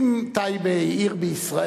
אם טייבה היא עיר בישראל,